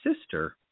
sister